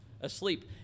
asleep